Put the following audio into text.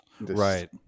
Right